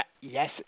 Yes